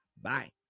Bye